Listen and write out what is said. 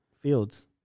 Fields